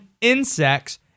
insects